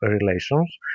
relations